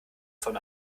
von